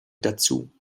dazu